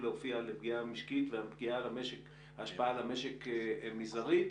להוביל לפגיעה משקית וההשפעה על המשק מזערית.